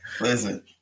Listen